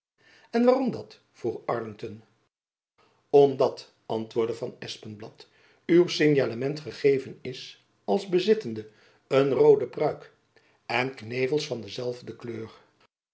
en waarom dat vroeg arlington omdat antwoordde van espenblad uw signalement gegeven is als bezittende een roode pruik en knevels van dezelfde kleur